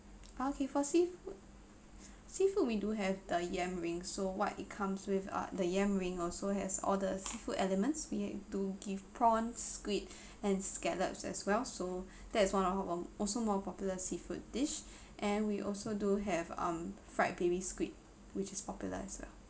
okay for seafood seafood we do have the yam ring so what it comes with uh the yam ring also has all the seafood elements we do give prawns squid and scallops as well so that is one of our also more popular seafood dish and we also do have um fried baby squid which is popular as well